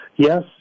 Yes